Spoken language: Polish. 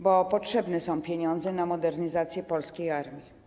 Bo potrzebne są pieniądze na modernizację polskiej armii.